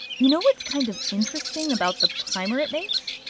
you know what's kind of interesting about the primer it makes?